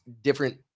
different